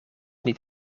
niet